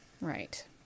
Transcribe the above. Right